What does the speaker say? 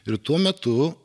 ir tuo metu